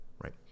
Right